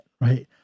right